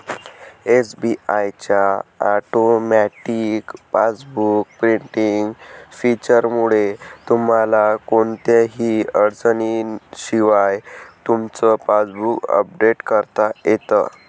SBI च्या automatic passbook printing फीचरमुळे तुम्हाला कोणत्याही अडचणीशिवाय तुमचं पासबुक अपडेट करता येतं